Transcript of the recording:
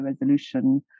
resolution